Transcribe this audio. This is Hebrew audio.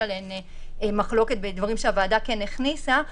עליהן מחלוקת ודברים שהוועדה כן הכניסה,